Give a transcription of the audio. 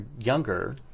younger